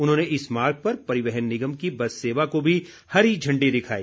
उन्होंने इस मार्ग पर परिवहन निगम की बस सेवा को भी हरी झण्डी दिखाई